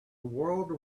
world